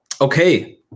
Okay